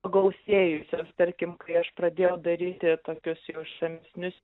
pagausėjusios tarkim kai aš pradėjau daryti tokius jau išsamesnius